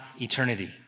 eternity